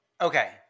Okay